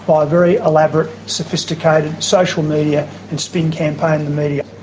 by a very elaborate, sophisticated social media and spin campaign in the media.